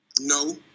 No